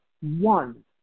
one